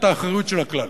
את האחריות של הכלל.